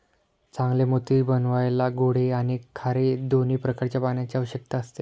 चांगले मोती बनवायला गोडे आणि खारे दोन्ही प्रकारच्या पाण्याची आवश्यकता असते